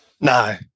No